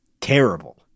terrible